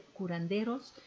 curanderos